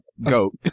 goat